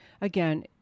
again